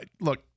look